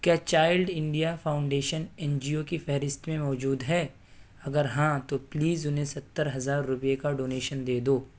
کیا child India foundation N G O کی فہرست میں موجود ہے اگر ہاں تو پلیز انہیں ستر ہزار روپے کا ڈونیشن دے دو